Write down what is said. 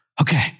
Okay